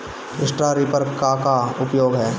Straw reaper क का उपयोग ह?